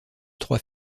trois